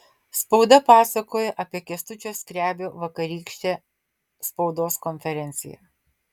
spauda pasakoja apie kęstučio skrebio vakarykštę spaudos konferenciją